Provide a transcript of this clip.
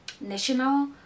national